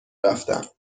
رفتم